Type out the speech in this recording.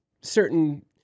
certain